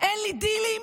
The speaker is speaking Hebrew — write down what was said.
אין לי דילים.